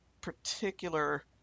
particular